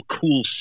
cool